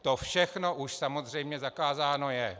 To všechno už samozřejmě zakázáno je.